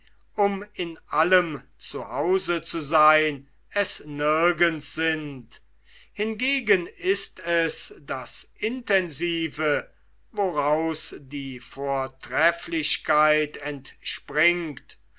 um in allem zu hause zu seyn es nirgends sind hingegen ist es das intensive woraus die vortrefflichkeit entspringt